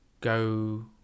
go